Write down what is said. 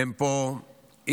אין פה איש,